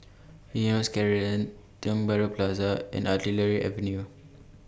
Eunos Crescent Tiong Bahru Plaza and Artillery Avenue